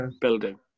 building